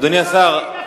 אדוני השר.